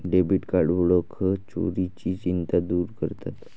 debit card ओळख चोरीची चिंता दूर करतात